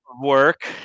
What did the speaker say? work